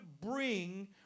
Bring